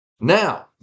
Now